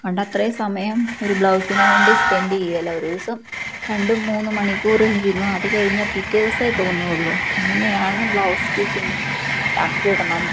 ത്രയും സമയം ഒരു ബ്ലൗസിനു വേണ്ടി സ്പെൻഡ് ചെയ്യുകയില്ല ഒരു ദിവസം രണ്ടും മൂന്നും മണിക്കൂര് ഇരുന്നു അതുകഴിഞ്ഞാല് പിറ്റേ ദിവസമേ തോന്നുകയുള്ളൂ അങ്ങനെയാണ് ബ്ലൗസ് സ്റ്റിച്ചിങ്ങ് ടക്കിടണം